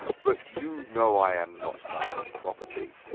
but you know i am not my own property,